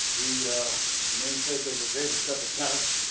the namesake of the davis cup of tennis.